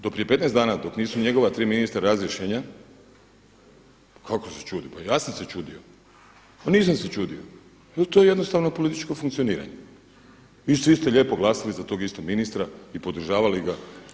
Do prije 15 dana dok nisu njegova tri ministra razriješena kako se čudi, pa ja sam se čudio, nisam se čudio nego to je jednostavno političko funkcioniranje i svi ste lijepo glasali za tog istog ministra i podržavali ga.